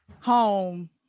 home